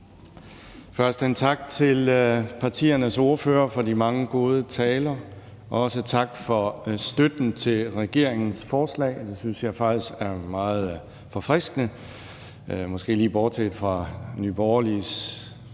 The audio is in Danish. Først en tak til partiernes ordførere for de mange gode taler. Også tak for støtten til regeringens forslag. Det synes jeg faktisk er meget forfriskende, måske lige bortset fra Nye Borgerliges